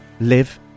live